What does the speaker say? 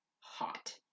hot